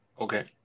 okay